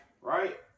right